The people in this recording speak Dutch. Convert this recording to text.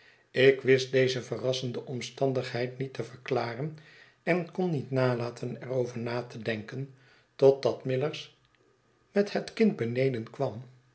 ik wist deze verrassende omstandigheid niet te verklaren en kon niet nalaten er over na te denken totdat millers met het kind beneden kwam